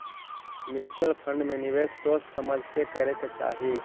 mutual fund में निवेश सोच समझ के करे के चाहि